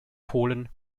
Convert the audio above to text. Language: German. polen